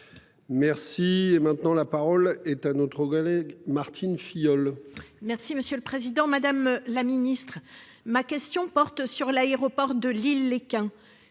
Merci. Et maintenant, la parole est à notre. Martine Filleul. Merci monsieur le président, madame la ministre ma question porte sur l'aéroport de Lille-Léquin